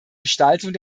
gestaltung